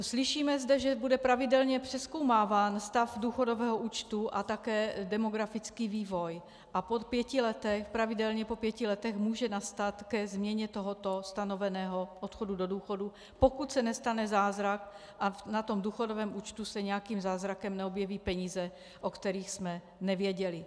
Slyšíme zde, že bude pravidelně přezkoumáván stav důchodového účtu a také demografický vývoj a pravidelně po pěti letech může dojít ke změně tohoto stanoveného odchodu do důchodu, pokud se nestane zázrak a na tom důchodovém účtu se nějakým zázrakem neobjeví peníze, o kterých jsme nevěděli.